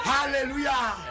Hallelujah